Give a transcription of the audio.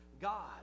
God